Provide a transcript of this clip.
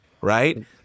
right